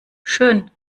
schön